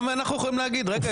גם אנחנו יכולים להגיד: רגע,